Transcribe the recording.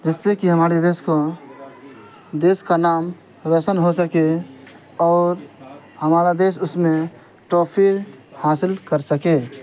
جس سے کہ ہمارے دیش کو دیس کا نام روشن ہو سکے اور ہمارا دیش اس میں ٹرافی حاصل کر سکے